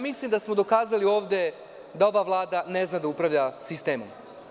Mislim da smo dokazali ovde da ova Vlada ne zna da upravlja sistemom.